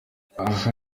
aha